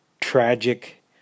tragic